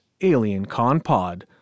AlienConPod